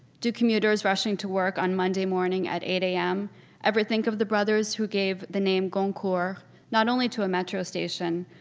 do commuters rushing to work on monday morning at eight am ever think of the brothers who gave the name goncourt not only to a metro station,